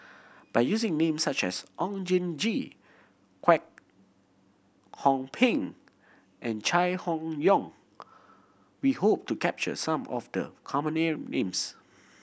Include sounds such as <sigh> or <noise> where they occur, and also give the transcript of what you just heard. by using names such as Oon Jin Gee Kwek Hong Png and Chai Hon Yoong we hope to capture some of the common <unintelligible> names